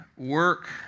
Work